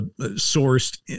sourced